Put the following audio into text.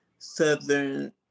Southern